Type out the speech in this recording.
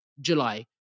July